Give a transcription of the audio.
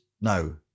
No